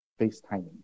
FaceTiming